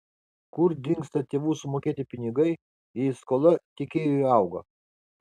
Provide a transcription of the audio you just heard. kur dingsta tėvų sumokėti pinigai jei skola tiekėjui auga